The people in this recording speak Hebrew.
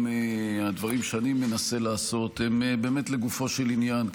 הדברים שאני מנסה לעשות הם באמת לגופו של עניין,